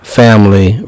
family